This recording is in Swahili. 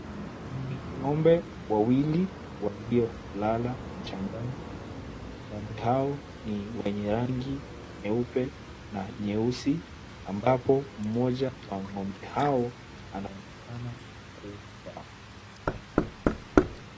Ng'ombe wawili waliolala mchangani. Ng'ombe hao ni wenye rangi nyeupe na nyeusi ambapo mmoja wa ng'ombe hao anaonekana kufa.